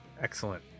Excellent